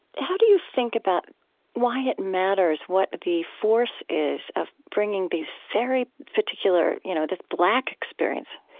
how do you think about why it matters what the force is of bringing these very particular, you know this black experience,